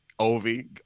Ovi